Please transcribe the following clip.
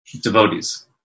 devotees